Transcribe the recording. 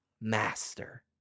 master